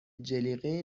جلیقه